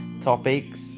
topics